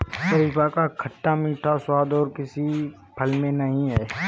शरीफा का खट्टा मीठा स्वाद और किसी फल में नही है